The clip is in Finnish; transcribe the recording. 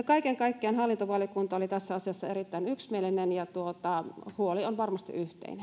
kaiken kaikkiaan hallintovaliokunta oli tässä asiassa erittäin yksimielinen ja huoli on varmasti